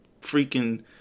freaking